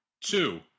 two